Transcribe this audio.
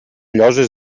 lloses